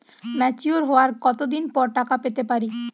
Mature হওয়ার কত দিন পর টাকা পেতে পারি?